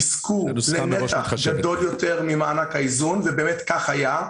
יזכו לנתח גדול יותר גדול יותר ממענק האיזון ובאמת כך היה.